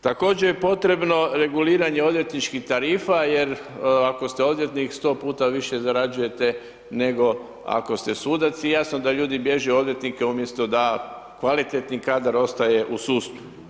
Također je potrebno reguliranje odvjetničkih tarifa jer ako ste odvjetnik 100 puta više zarađujete nego ako ste sudac i jasno da ljudi bježe u odvjetnike umjesto da kvalitetni kadar ostaje u sudstvu.